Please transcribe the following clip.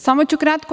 Samo ću kratko.